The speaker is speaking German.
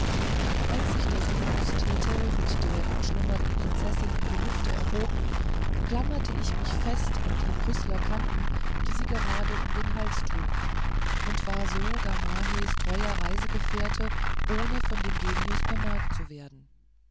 als sich der genius thetel mit der entschlummerten prinzessin in die lüfte erhob klammerte ich mich fest an die brüßler kanten die sie gerade um den hals trug und war so gamahehs treuer reisegefährte ohne von dem genius bemerkt zu werden